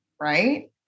right